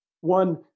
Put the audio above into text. One